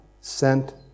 sent